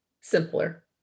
simpler